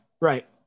right